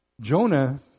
Jonah